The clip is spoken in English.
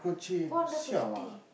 four hundred fifty